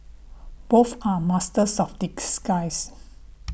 both are masters of disguise